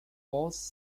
false